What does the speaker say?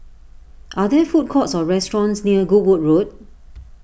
are there food courts or restaurants near Goodwood Road